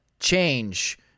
change